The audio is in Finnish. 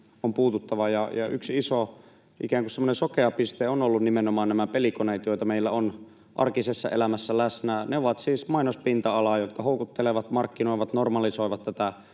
ikään kuin semmoinen sokea piste ovat olleet nimenomaan nämä pelikoneet, joita meillä on arkisessa elämässä läsnä. Ne ovat siis mainospinta-alaa, jotka houkuttelevat, markkinoivat, normalisoivat tätä